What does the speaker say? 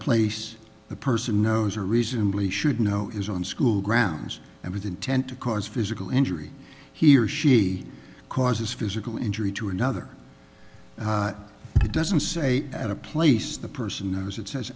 place the person knows or reasonably should know on school grounds and with intent to cause physical injury he or she causes physical injury to another it doesn't say at a place the person knows it says